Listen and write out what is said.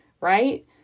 right